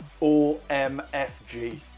OMFG